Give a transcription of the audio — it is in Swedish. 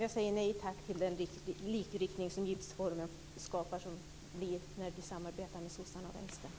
Jag säger nej tack till den likriktning som skapas av den gipsform som blir när ni samarbetar med Socialdemokraterna och Vänstern.